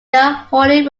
holy